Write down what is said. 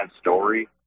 story